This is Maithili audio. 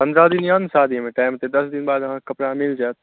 पंद्रह दिन अय ने शादीमे तखन दस दिन बाद कपड़ा मिल जायत